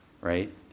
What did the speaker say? right